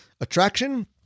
attraction